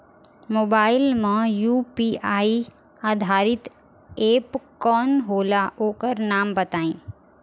Mobile म UPI आधारित app कौन होला ओकर नाम बताईं?